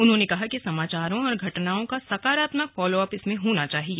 उन्होने कहा कि समाचारों और घटनाओं का सकारात्मक फॉलोअप इसमें होना चाहिए